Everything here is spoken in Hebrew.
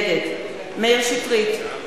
נגד מאיר שטרית,